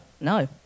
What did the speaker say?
no